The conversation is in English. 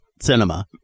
cinema